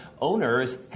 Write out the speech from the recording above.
Owners